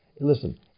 Listen